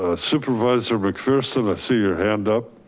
ah supervisor mcpherson see your hand up.